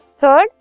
Third